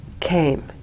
came